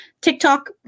TikTok